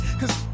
cause